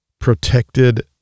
protected